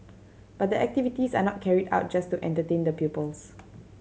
but the activities are not carried out just to entertain the pupils